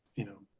you know,